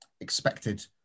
expected